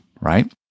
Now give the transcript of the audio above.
right